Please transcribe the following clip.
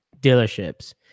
dealerships